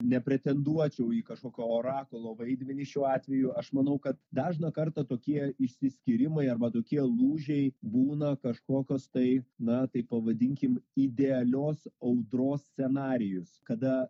nepretenduočiau į kažkokio orakulo vaidmenį šiuo atveju aš manau kad dažną kartą tokie išsiskyrimai arba tokie lūžiai būna kažkokios tai na taip pavadinkim idealios audros scenarijus kada